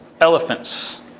elephants